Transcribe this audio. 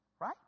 right